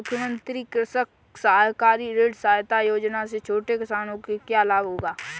मुख्यमंत्री कृषक सहकारी ऋण सहायता योजना से छोटे किसानों को क्या लाभ होगा?